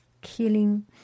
killing